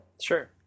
Sure